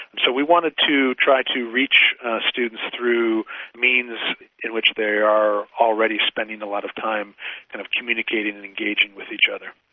so we wanted to try to reach students through means in which they are already spending a lot of time in kind of communicating and engaging with each other.